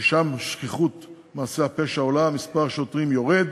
שאז שכיחות מעשי הפשע עולה ומספר השוטרים יורד,